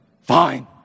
Fine